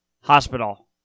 hospital